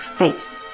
face